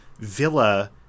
Villa